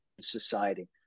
Society